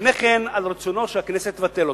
לפני כן על רצונו שהכנסת תבטל אותה".